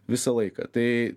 visą laiką tai